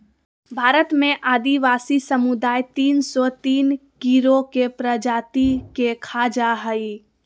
भारत में आदिवासी समुदाय तिन सो तिन कीड़ों के प्रजाति के खा जा हइ